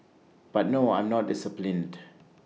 but no I'm not disciplined